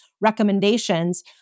recommendations